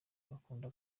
bakunda